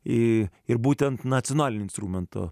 į ir būtent nacionaliniu instrumentu